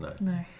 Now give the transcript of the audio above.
no